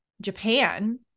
Japan